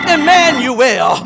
Emmanuel